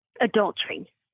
adultery